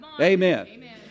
Amen